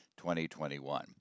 2021